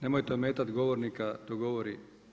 Nemojte ometati govornika dok govori.